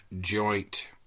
joint